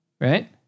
right